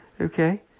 Okay